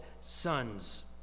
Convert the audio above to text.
sons